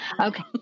Okay